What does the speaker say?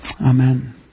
Amen